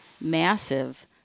massive